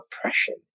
oppression